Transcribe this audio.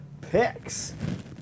picks